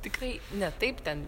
tikrai ne taip ten